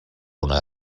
una